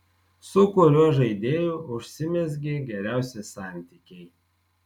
su kuriuo žaidėju užsimezgė geriausi santykiai